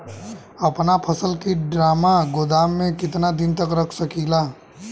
अपना फसल की ड्रामा गोदाम में कितना दिन तक रख सकीला?